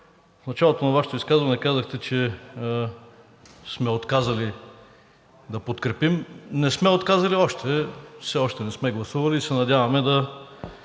В началото на Вашето изказване казахте, че сме отказали да подкрепим. Не сме отказали още, все още не сме гласували и се надяваме с